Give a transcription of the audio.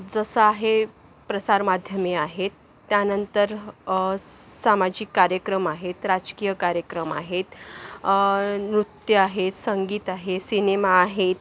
जसं आहे प्रसारमाध्यमे आहेत त्यानंतर सामाजिक कार्यक्रम आहेत राजकीय कार्यक्रम आहेत नृत्य आहेत संगीत आहे सिनेमा आहेत